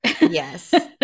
Yes